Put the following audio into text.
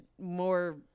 more